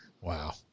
Wow